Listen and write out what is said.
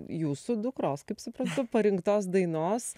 jūsų dukros kaip suprantu parinktos dainos